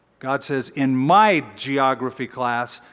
god says, in my geography class,